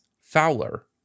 Fowler